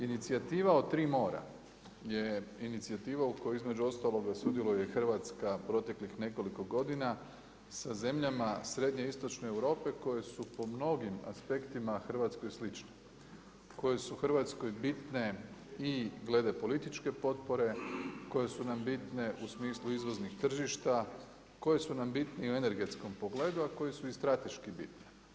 Inicijativa o tri mora je inicijativa u kojoj između ostaloga sudjeluje Hrvatska proteklih nekoliko godina sa zemljama srednjoistočne Europe koje su po mnogim aspektima Hrvatskoj slične, koje su Hrvatskoj bitne i glede političke potpore, koje su nam bitne u smislu izvoznih tržišta, koje su nam bitne u energetskom pogledu, a koje su i strateški bitne.